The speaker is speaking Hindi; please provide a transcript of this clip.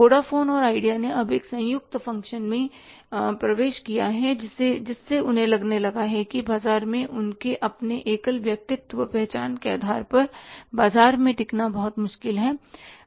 वोडाफोन और आइडिया ने अब एक संयुक्त फंक्शन में प्रवेश किया है जिससे उन्हें लगने लगा है कि बाजार में उनके अपने एकल व्यक्तिगत पहचान के आधार पर बाजार में टिकना बहुत मुश्किल है